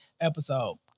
episode